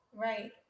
right